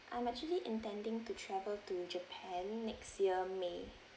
I am actually intending to travel to japan next year may